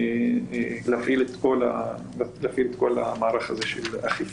ולהפעיל את כל המערך של האכיפה.